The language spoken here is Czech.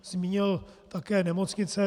Zmínil také nemocnice.